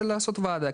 לוועדה,